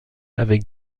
avec